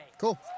Cool